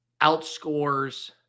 outscores